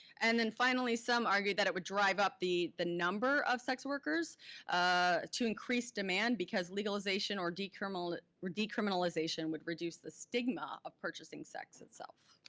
and then finally, some argue that it would drive up the the number of sex workers ah to increase demand because legalization or decriminalization decriminalization would reduce the stigma of purchasing sex itself.